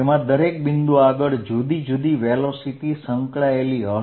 તેમાં દરેક બિંદુ આગળ જુદો જુદો વેગ સંકળાયેલ હશે